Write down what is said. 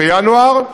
בינואר,